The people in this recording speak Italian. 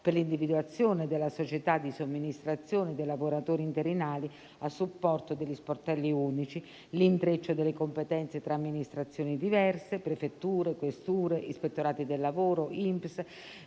per l'individuazione della società di somministrazione dei lavoratori interinali a supporto degli sportelli unici, l'intreccio delle competenze tra amministrazioni diverse - prefetture, questure, ispettorati del lavoro, INPS